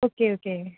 okay okay